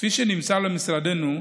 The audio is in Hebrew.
כפי שנמסר למשרדנו,